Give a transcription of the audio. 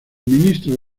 ministro